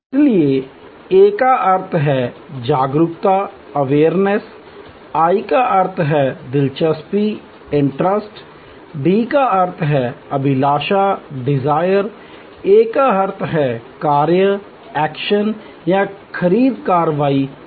इसलिए A का अर्थ है जागरूकता I का अर्थ है दिलचस्पी D का अर्थ है अभिलाषा A का अर्थ कार्य या खरीद कार्रवाई है